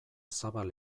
zabal